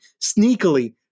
sneakily